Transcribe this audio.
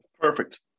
Perfect